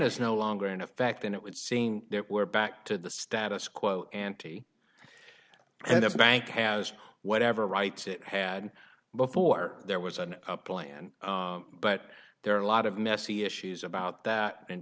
is no longer in effect and it would seem that we're back to the status quo ante and the bank has whatever rights it had before there was an up land but there are a lot of messy issues about that in